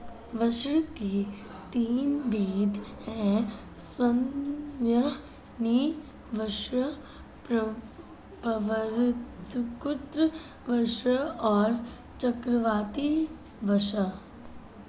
वर्षा के तीन भेद हैं संवहनीय वर्षा, पर्वतकृत वर्षा और चक्रवाती वर्षा